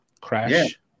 Crash